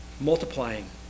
multiplying